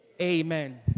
Amen